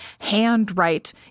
handwrite